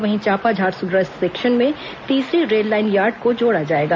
वहीं चांपा झारसुगड़ा सेक्शन में तीसरी रेललाइन यार्ड को जोड़ा जाएगा